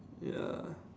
ya